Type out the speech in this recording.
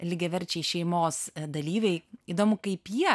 lygiaverčiai šeimos dalyviai įdomu kaip jie